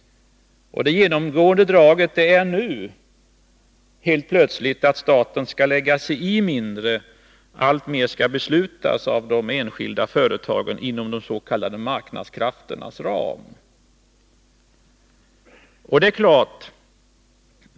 Det genomgående draget är nu helt plötsligt att staten skall lägga sig i mindre, alltmer skall beslutas av de enskilda företagen inom de s.k. marknadskrafternas ram.